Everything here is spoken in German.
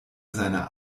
seiner